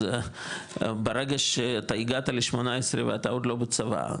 אז ברגע שאתה הגעת ל-18 ואתה עוד לא בצבא,